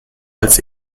als